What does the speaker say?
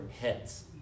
heads